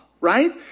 Right